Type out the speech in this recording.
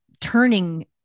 turning